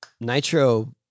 Nitro